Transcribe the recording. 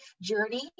journey